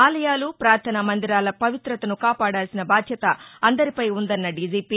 ఆలయాలు ప్రార్దనా మందిరాల పవిత్రతను కాపాడాల్సిన బాధ్యత అందరిపై ఉందన్న దీజీపీ